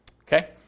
okay